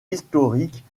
historique